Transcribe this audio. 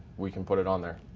we can put it on there.